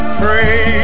pray